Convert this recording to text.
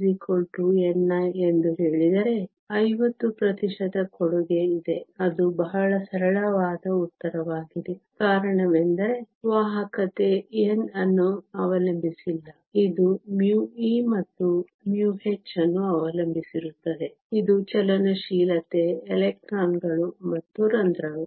ni ಎಂದು ಹೇಳಿದರೆ 50 ಪ್ರತಿಶತ ಕೊಡುಗೆ ಇದೆ ಅದು ಬಹಳ ಸರಳವಾದ ಉತ್ತರವಾಗಿದೆ ಕಾರಣವೆಂದರೆ ವಾಹಕತೆ n ಅನ್ನು ಅವಲಂಬಿಸಿಲ್ಲ ಇದು μe ಮತ್ತು μh ಅನ್ನು ಅವಲಂಬಿಸಿರುತ್ತದೆ ಇದು ಚಲನಶೀಲತೆ ಎಲೆಕ್ಟ್ರಾನ್ಗಳು ಮತ್ತು ರಂಧ್ರಗಳು